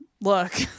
look